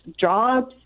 jobs